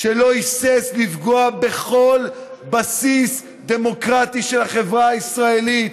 שלא היסס לפגוע בכל בסיס דמוקרטי של החברה הישראלית,